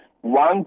one